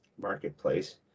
Marketplace